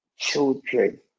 children